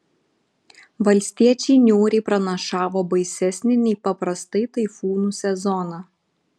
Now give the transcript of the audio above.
valstiečiai niūriai pranašavo baisesnį nei paprastai taifūnų sezoną